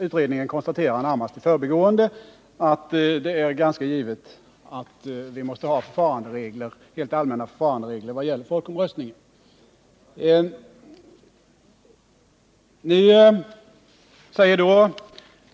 Utredningen konstaterar närmast i förbigående att det är ganska givet att vi måste ha allmänna förfaranderegler för folkomröstningar.